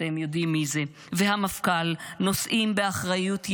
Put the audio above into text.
אתם יודעים מי זה, והמפכ"ל נושאים באחריות ישירה.